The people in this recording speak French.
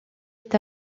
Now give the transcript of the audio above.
est